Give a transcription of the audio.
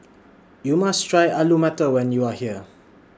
YOU must Try Alu Matar when YOU Are here